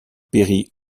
perry